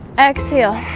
exhale